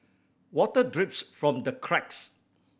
water drips from the cracks